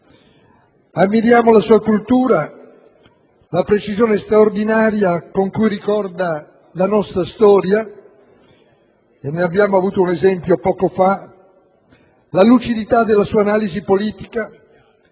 Ammiriamo la sua cultura, la precisione straordinaria con cui ricorda la nostra storia (ne abbiamo avuto un esempio poco fa), la lucidità della sua analisi politica,